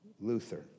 Luther